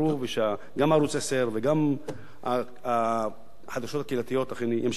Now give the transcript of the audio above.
ושגם ערוץ-10 וגם החדשות הקהילתיות אכן ימשיכו בעבודתם.